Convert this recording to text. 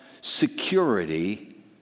security